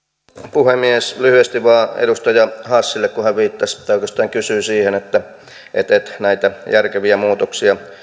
puhemies lyhyesti vain edustaja hassille kun hän viittasi tai oikeastaan kysyi siitä että näitä järkeviä muutoksia